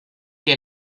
que